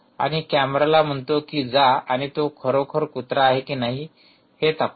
आणि कॅमेराला म्हणतो की जा आणि तो खरोखर कुत्रा आहे की नाही हे तपास